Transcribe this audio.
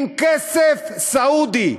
עם כסף סעודי.